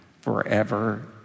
forever